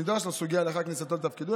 שנדרש לסוגיה לאחר כניסתו לתפקידו,